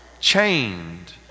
chained